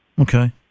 Okay